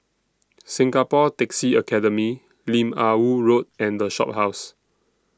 Singapore Taxi Academy Lim Ah Woo Road and The Shophouse